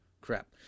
Crap